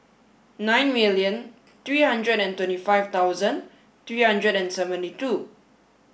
nine million three hundred and twenty five thousand three hundred and seventy two